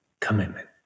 Commitment